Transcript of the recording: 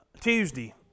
Tuesday